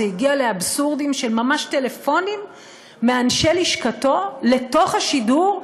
זה הגיע לאבסורדים של ממש טלפונים מאנשי לשכתו לתוך השידור,